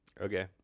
Okay